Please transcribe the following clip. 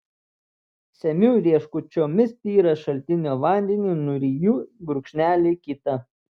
semiu rieškučiomis tyrą šaltinio vandenį nuryju gurkšnelį kitą